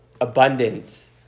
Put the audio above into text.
abundance